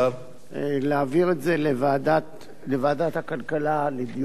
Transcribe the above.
להעביר את זה לוועדת הכלכלה, לדיון בוועדת הכלכלה.